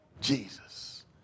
Jesus